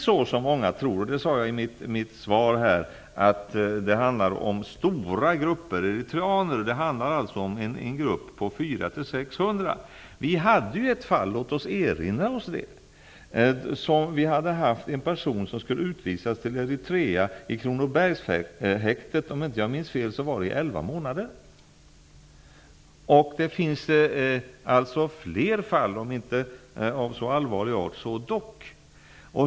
Som jag sade i mitt svar handlar det inte om stora grupper eritreaner utan om en grupp på 400--600. Vi hade ett fall, låt oss erinra det, då en person som skulle utvisas till Eritrea hade varit i Kronobergshäktet i elva månader, om jag inte minns fel. Det finns alltså fler fall, om inte av så allvarlig art så dock.